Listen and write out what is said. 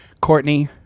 Courtney